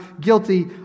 guilty